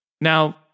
Now